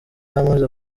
amaze